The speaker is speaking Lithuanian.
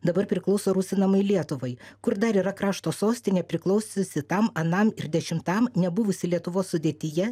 dabar priklauso rusinamai lietuvai kur dar yra krašto sostinė priklausiusi tam anam ir dešimtam nebuvusi lietuvos sudėtyje